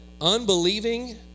unbelieving